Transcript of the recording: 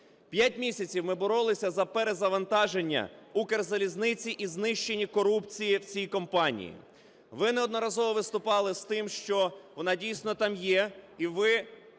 П'ять місяців ми боролися за перезавантаження "Укрзалізниці" і знищення корупції в цій компанії. Ви неодноразово виступали з тим, що вона дійсно там є, і ви